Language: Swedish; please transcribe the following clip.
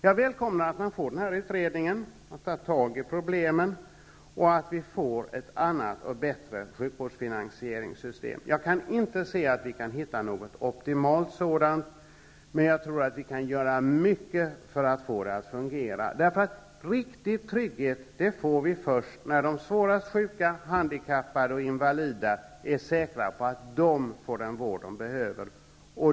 Jag välkomnar att utredningen tillsätts och tar tag i problemen och att vi får ett annat och bättre sjukvårdsfinansieringssystem. Jag kan inte se att vi kan hitta något optimalt sådant, men jag tror att vi kan göra mycket för att få det att fungera. Riktig trygghet får vi först när de svårast sjuka, handikappade och invalida är säkra på att de får den vård de behöver.